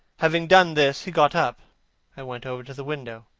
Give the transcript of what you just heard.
having done this, he got up and went over to the window.